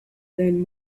learn